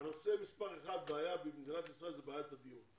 הנושא מס' 1, בעיה במדינת ישראל זו בעיית הדיור.